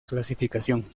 clasificación